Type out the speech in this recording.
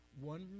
One